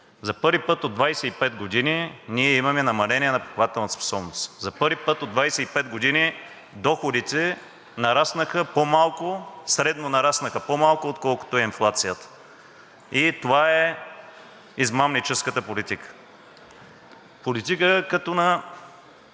За първи път от 25 години ние имаме намаление на покупателната способност. За първи път от 25 години доходите средно нараснаха по-малко, отколкото е инфлацията. И това е измамническата политика – политика, която ни